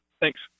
Thanks